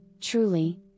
truly